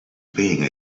being